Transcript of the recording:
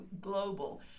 global